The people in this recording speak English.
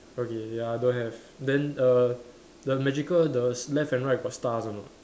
okay ya don't have then err the magical the s~ left and right got stars or not